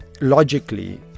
logically